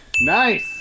Nice